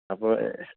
আপোনাৰ